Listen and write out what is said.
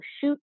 shoot